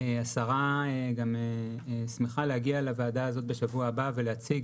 השרה גם שמחה להגיע לוועדה הזאת בשבוע הבא ולהציג